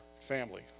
family